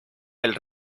del